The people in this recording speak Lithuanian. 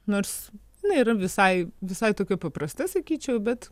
nors na yra visai visai tokia paprasta sakyčiau bet